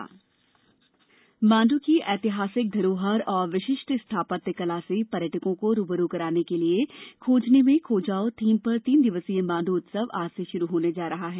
मांडु उत्सव माण्डू की ऐतिहासिक धरोहर और विशिष्ट स्थापत्य कला से पर्यटकों को रूबरू कराने के लिए खोजने में खो जाओ थीम पर तीन दिवसीय माण्डू उत्सव आज से शुरू होने जा रहा है